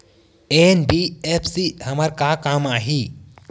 NBFC हमर का काम आही?